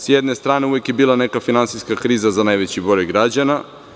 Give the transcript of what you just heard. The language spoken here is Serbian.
S jedne strane, uvek je bila neka finansijska kriza za najveći broj građana.